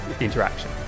interaction